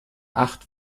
acht